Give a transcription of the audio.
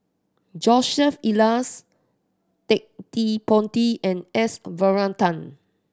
Joseph Elias Ted De Ponti and S Varathan